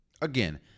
Again